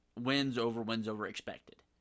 wins-over-wins-over-expected